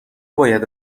باید